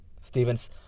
Stevens